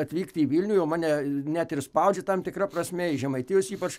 atvykt į vilnių jau mane net ir spaudžia tam tikra prasme iš žemaitijos ypač